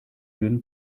gün